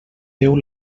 déu